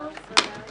נעולה.